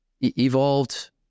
evolved